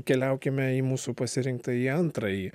keliaukime į mūsų pasirinktąjį antrąjį